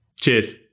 Cheers